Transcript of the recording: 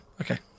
okay